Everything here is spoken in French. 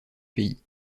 pays